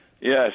Yes